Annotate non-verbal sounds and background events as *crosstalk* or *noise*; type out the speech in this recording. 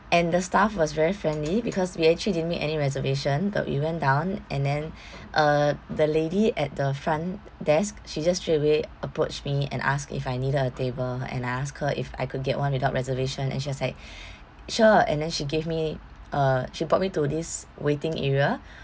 and the staff was very friendly because we actually didn't make any reservation but we went down and then *breath* uh the lady at the front desk she just straightaway approached me and asked if I needed a table and I ask her if I could get one without reservation and she was like *breath* sure and then she gave me uh she brought me to this waiting area